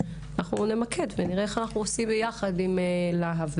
אנחנו נמקד ונראה איך אנחנו עושים ביחד עם להב.